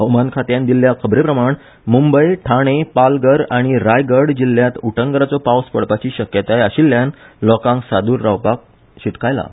हवामान खात्यान दिल्ले खबरे प्रामण मुंबय ठाणे पालघर आनी रायगड जिल्ल्यांत उटंगाराचो पावस पडपाची शक्यताय आशिल्ल्यान लोकांक सादूर रावपाक शिटकायलां